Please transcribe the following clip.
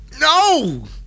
no